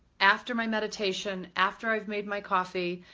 after my meditation, after i've made my coffee,